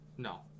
No